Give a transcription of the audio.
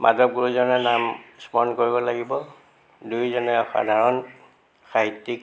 মাধৱ গুৰুজনাৰ নাম স্মৰণ কৰিব লাগিব দুইজনে অসাধাৰণ সাহিত্যিক